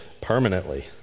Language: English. permanently